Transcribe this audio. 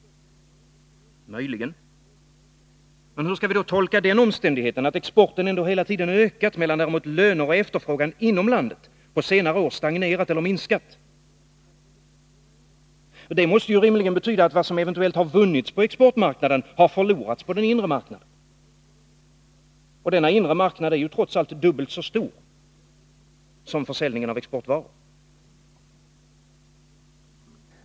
Möjligen. Men hur skall vi tolka den omständigheten att exporten ändå hela tiden ökat, medan löner och efterfrågan inom landet på senare år stagnerat eller minskat? Det måste ju rimligen betyda, att vad som eventuellt har vunnits på exportmarknaden har förlorats på den inre marknaden. Och den inre marknaden är trots allt dubbelt så stor som försäljningen av exportvaror.